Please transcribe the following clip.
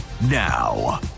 now